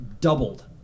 doubled